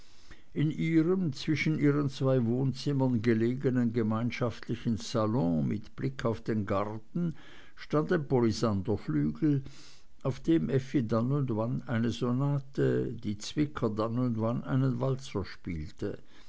in ihrem zwischen ihren zwei wohnzimmern gelegenen gemeinschaftlichen salon mit blick auf den garten stand ein palisanderflügel auf dem effi dann und wann eine sonate die zwicker dann und wann einen walzer spielte